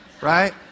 right